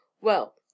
Well